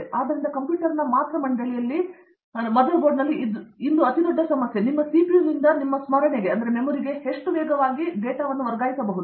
ಆದ್ದರಿಂದ ಕಂಪ್ಯೂಟರ್ ಮಾತೃ ಮಂಡಳಿಯಲ್ಲಿ ಇಂದು ಅತಿದೊಡ್ಡ ಸಮಸ್ಯೆ ನಿಮ್ಮ CPU ನಿಂದ ನಿಮ್ಮ ಸ್ಮರಣೆಯಿಂದ ಎಷ್ಟು ವೇಗವಾಗಿ ವರ್ಗಾಯಿಸಬಹುದು ಸರಿ